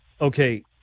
Okay